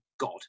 God